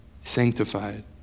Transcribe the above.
sanctified